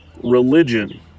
religion